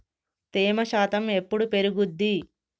తేమ శాతం ఎప్పుడు పెరుగుద్ది?